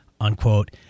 unquote